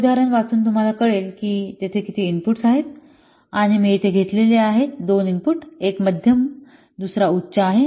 ते उदाहरण वाचून तुम्हाला कळेल की तेथे किती इनपुट्स आहेत आणि मी येथे घेतले आहेत दोन इनपुट एक मध्यम दुसरा उच्च आहे